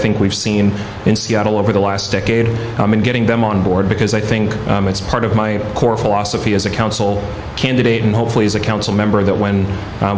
think we've seen in seattle over the last decade in getting them on board because i think it's part of my core philosophy as a council candidate and hopefully as a council member that when